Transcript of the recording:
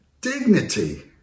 dignity